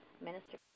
Minister